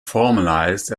formalised